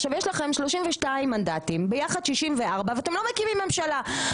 יש לכם 32 מנדטים, ביחד 64, ואתם לא מקימים ממשלה.